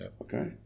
okay